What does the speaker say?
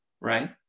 right